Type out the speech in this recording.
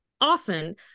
often